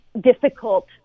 difficult